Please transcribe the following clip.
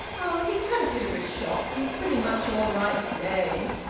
oh! he's had a bit of a shock. he's pretty much all right to-day.